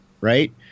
right